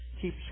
keep